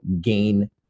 gain